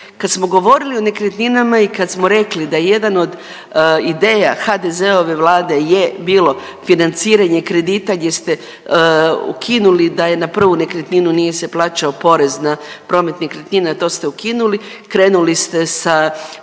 Kad smo govorili o nekretninama i kad smo rekli da je jedan od ideja HDZ-ove Vlade je bilo financiranje kredita gdje ste ukinuli da je na prvu nekretninu nije se plaćao porez na promet nekretnina, to ste ukinuli, krenuli ste sa